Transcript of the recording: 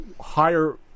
higher